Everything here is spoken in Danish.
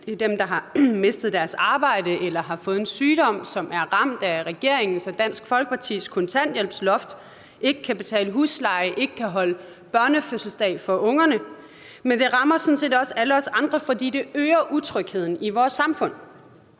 mindst; dem, der har mistet deres arbejde eller har fået en sygdom; dem, som er ramt af regeringen og Dansk Folkepartis kontanthjælpsloft, og som ikke kan betale husleje og ikke kan holde børnefødselsdag for ungerne. Men det rammer sådan set også alle os andre, for det øger utrygheden i vores samfund.